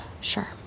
Sure